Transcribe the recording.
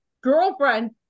girlfriend